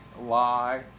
lie